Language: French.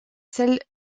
celles